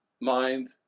mind